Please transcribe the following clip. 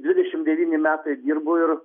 dvidešim devyni metai dirbu ir